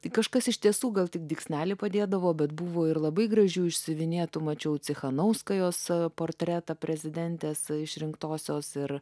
tai kažkas iš tiesų gal tik dygsnelį padėdavo bet buvo ir labai gražių išsiuvinėtų mačiau cichanouskajos portretą prezidentės išrinktosios ir